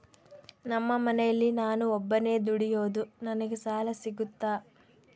ನಮ್ಮ ಮನೆಯಲ್ಲಿ ನಾನು ಒಬ್ಬನೇ ದುಡಿಯೋದು ನನಗೆ ಸಾಲ ಸಿಗುತ್ತಾ?